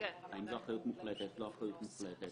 אם זו אחריות מוחלטת או לא אחריות מוחלטת.